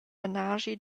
menaschi